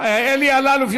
אלי אלאלוף,